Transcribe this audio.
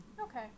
Okay